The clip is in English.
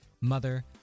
mother